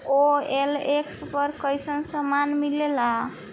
OLX पर कइसन सामान मीलेला?